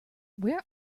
where